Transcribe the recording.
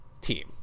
team